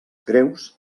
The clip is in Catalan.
greus